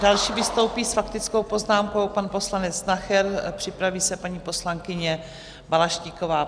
Další vystoupí s faktickou poznámkou pan poslanec Nacher, připraví se paní poslankyně Balaštíková.